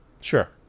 Sure